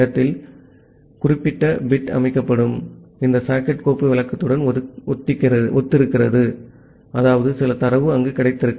ஆகவே இந்த குறிப்பிட்ட பிட் அமைக்கப்படும் இந்த சாக்கெட் கோப்பு விளக்கத்துடன் ஒத்திருக்கிறது அதாவது சில தரவு அங்கு கிடைக்கிறது